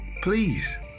please